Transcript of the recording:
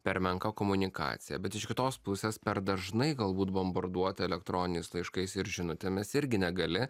per menka komunikacija bet iš kitos pusės per dažnai galbūt bombarduoti elektroniniais laiškais ir žinutėmis irgi negali